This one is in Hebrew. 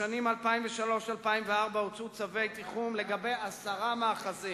בשנים 2003 2004 הוצאו צווי תיחום לגבי עשרה מאחזים,